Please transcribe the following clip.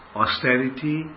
austerity